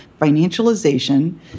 financialization